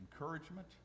encouragement